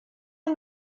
amb